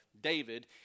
David